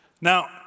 Now